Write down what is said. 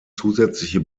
zusätzliche